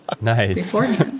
Nice